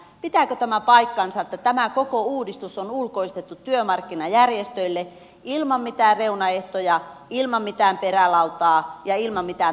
pitääkö tämä paikkansa että tämä koko uudistus on ulkoistettu työmarkkinajärjestöille ilman mitään reunaehtoja ilman mitään perälautaa ja ilman mitään takaseinää